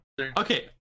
Okay